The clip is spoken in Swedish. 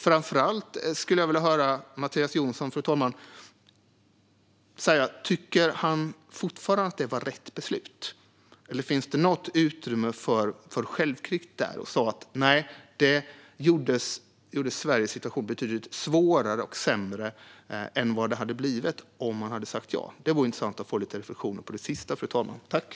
Framför allt skulle jag vilja höra om Mattias Jonsson fortfarande tycker att det var rätt beslut eller om det finns utrymme för självkritik - att det gjorde Sveriges situation betydligt svårare och sämre än vad den hade varit om man hade sagt ja. Det vore intressant att få lite reflektioner om det sistnämnda, fru talman.